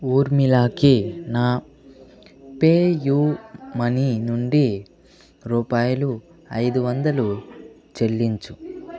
ఊర్మిళకి నా పేయూమనీ నుండి రూపాయలు ఐదు వందలు చెల్లించుము